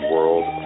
World